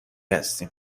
هستیم